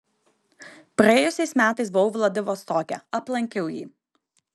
praėjusiais metais buvau vladivostoke aplankiau jį